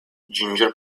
ginger